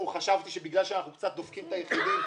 חשבתי שבגלל שאנחנו קצת דופקים את היחידים,